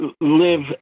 live